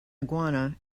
iguana